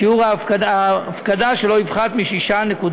שיעור הפקדה שלא יפחת מ-6.5%.